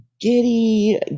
giddy